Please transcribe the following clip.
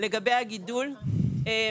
איל"ן.